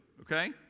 okay